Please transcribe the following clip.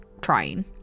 trying